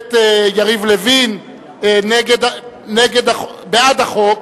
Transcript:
הכנסת יריב לוין בעד החוק,